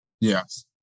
Yes